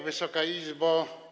Wysoka Izbo!